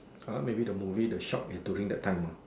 ah maybe the movie the shark is during that time mah